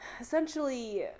Essentially